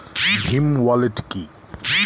Bhim wallet কি?